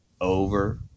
over